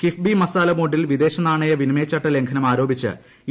കിഫ്ബി മസാലബോണ്ടിൽ വിദേശനാണയ വിനിമയചട്ട ലംഘനം ആരോപിച്ച് ഇ